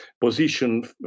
position